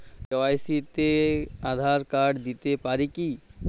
KYC তে Aadhaar card দিতে পারি কি?